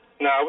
No